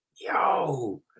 yo